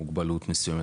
מוגבלות מסוימת,